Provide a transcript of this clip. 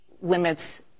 limits